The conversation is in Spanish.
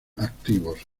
activos